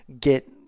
get